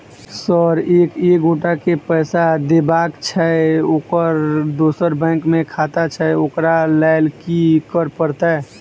Sir एक एगोटा केँ पैसा देबाक छैय ओकर दोसर बैंक मे खाता छैय ओकरा लैल की करपरतैय?